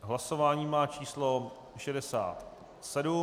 Hlasování má číslo 67.